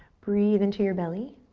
breathe into your belly.